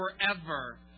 forever